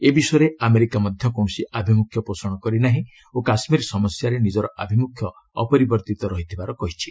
ଏ ବିଷୟରେ ଆମେରିକା ମଧ୍ୟ କୌଣସି ଆଭିମୁଖ୍ୟ ପୋଷଣ କରି ନାହିଁ ଓ କାଶ୍ମୀର ସମସ୍ୟାରେ ନିଜର ଆଭିମୁଖ୍ୟ ଅପରିବର୍ତ୍ତିତ ରହିଥିବାର କହିଛି